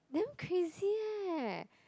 damn crazy eh